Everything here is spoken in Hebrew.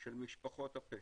של משפחות הפשע.